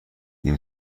این